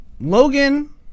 Logan